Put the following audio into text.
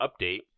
update